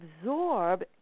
absorb